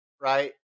right